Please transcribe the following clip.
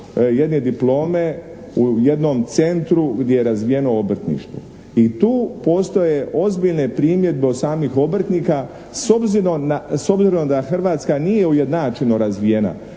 jedne diplome u jednom centru gdje je razvijeno obrtništvo. I tu postoje ozbiljne primjedbe od samih obrtnika s obzirom da Hrvatska nije ujednačeno razvijena,